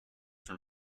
from